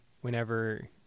whenever